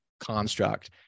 construct